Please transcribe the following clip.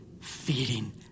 feeding